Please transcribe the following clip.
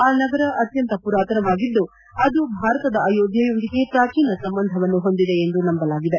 ಆ ನಗರ ಅತ್ಯಂತ ಪುರಾತನವಾಗಿದ್ದು ಅದು ಭಾರತದ ಅಯೋಧ್ಯೆಯೊಂದಿಗೆ ಪ್ರಾಚೀನ ಸಂಬಂಧವನ್ನು ಹೊಂದಿದೆ ಎಂದು ನಂಬಲಾಗಿದೆ